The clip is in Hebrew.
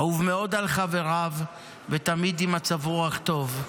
אהוב מאוד על חבריו ותמיד עם מצב רוח טוב.